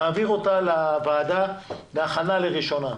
מעביר אותה לוועדה להכנה לקריאה ראשונה.